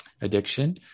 addiction